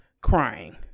crying